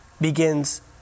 begins